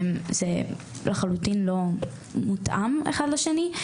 זה לחלוטין לא מותאם אחד לשני.